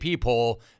poll